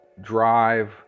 drive